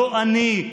לא אני.